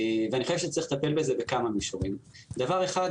אני חושב שצריך לטפל בזה בכמה מישורים: דבר אחד,